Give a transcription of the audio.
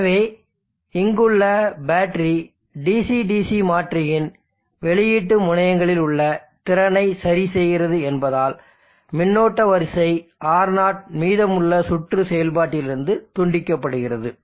எனவே இங்குள்ள battery DC DC மாற்றியின் வெளியீட்டு முனையங்களில் உள்ள திறனை சரிசெய்கிறது என்பதால் மின்னோட்ட வரிசை R0 மீதமுள்ள சுற்று செயல்பாட்டிலிருந்து துண்டிக்கப்படுகிறது